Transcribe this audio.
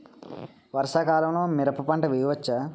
వర్షాకాలంలో మిరప పంట వేయవచ్చా?